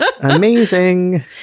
Amazing